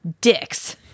dicks